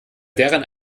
deren